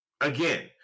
Again